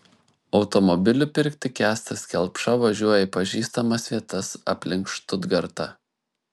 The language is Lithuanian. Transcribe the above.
automobilių pirkti kęstas kelpša važiuoja į pažįstamas vietas aplink štutgartą